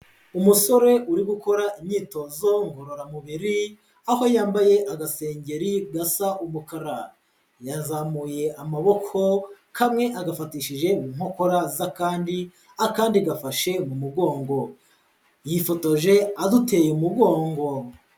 Umusore uri gukora imyitozo ngororamubiri aho yambaye agasengengeri gasa umukara. Yazamuye amaboko kamwe agafatishije inkokora z'akandi, akandi gafashe mu mugongo yifotoje aduteye umugongo.